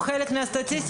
הוא חלק מהסטטיסטיקה?